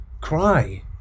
Cry